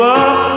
up